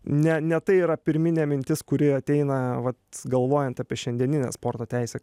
ne ne tai yra pirminė mintis kuri ateina vat galvojant apie šiandieninę sporto teisę